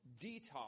detox